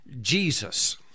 Jesus